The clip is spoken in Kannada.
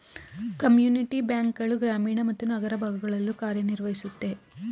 ಕಮ್ಯುನಿಟಿ ಬ್ಯಾಂಕ್ ಗಳು ಗ್ರಾಮೀಣ ಮತ್ತು ನಗರ ಭಾಗಗಳಲ್ಲೂ ಕಾರ್ಯನಿರ್ವಹಿಸುತ್ತೆ